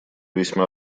весьма